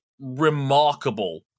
remarkable